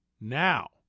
Now